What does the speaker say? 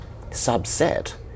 subset